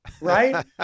Right